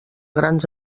grans